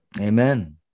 Amen